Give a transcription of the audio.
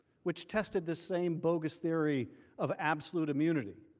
which tested the same bogus theory of absolute immunity.